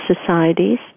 societies